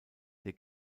der